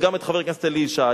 וגם את חבר הכנסת אלי ישי